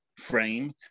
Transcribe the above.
frame